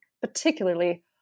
particularly